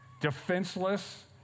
defenseless